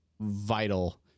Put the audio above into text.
vital